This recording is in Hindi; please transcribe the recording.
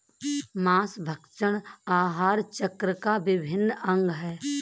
माँसभक्षण आहार चक्र का अभिन्न अंग है